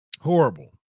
Horrible